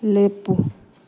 ꯂꯦꯞꯄꯨ